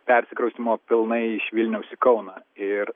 persikraustymo pilnai iš vilniaus į kauną ir